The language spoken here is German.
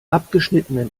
abgeschnittenen